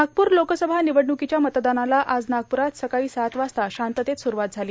नागप्र लोकसभा निवडण्कीच्या मतदानाला आज नागप्रात सकाळी सात वाजता शांततेत सुरुवात झाली